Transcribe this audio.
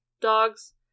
dogs